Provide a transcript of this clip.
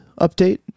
update